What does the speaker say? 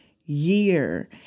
year